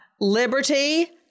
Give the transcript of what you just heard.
Liberty